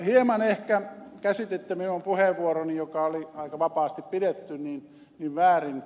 hieman ehkä käsititte minun puheenvuoroni joka oli aika vapaasti pidetty väärin